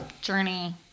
journey